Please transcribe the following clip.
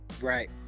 Right